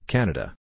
Canada